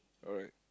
alright